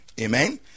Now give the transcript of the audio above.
Amen